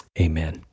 amen